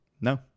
No